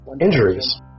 injuries